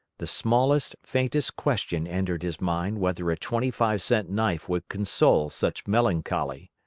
the smallest, faintest question entered his mind whether a twenty-five-cent knife would console such melancholy.